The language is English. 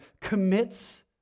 commits